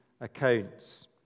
accounts